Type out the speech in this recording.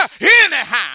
anyhow